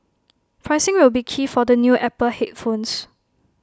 pricing will be key for the new Apple headphones